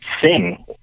sing